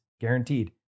guaranteed